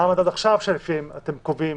מה המדד עכשיו שלפיו אתם קובעים